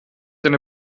eine